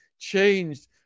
changed